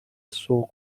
سوق